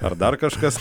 ar dar kažkas